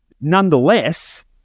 nonetheless